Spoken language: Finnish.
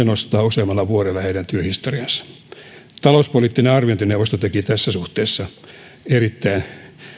nostaa useammalla vuodella heidän työhistoriaansa talouspoliittinen arviointineuvosto teki tässä suhteessa erittäin